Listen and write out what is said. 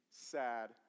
sad